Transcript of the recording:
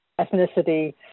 ethnicity